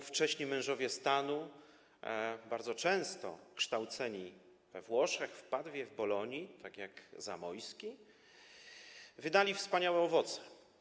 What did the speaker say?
Ówcześni mężowie stanu, bardzo często kształceni we Włoszech, w Padwie, w Bolonii, tak jak Zamoyski, wydali wspaniałe owoce.